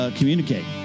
communicate